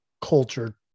culture